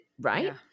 right